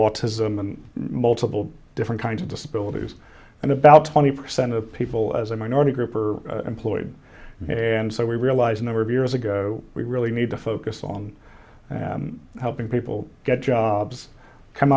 autism and multiple different kinds of disabilities and about twenty percent of people as a minority group are employed and so we realize a number of years ago we really need to focus on helping people get jobs come